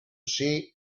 see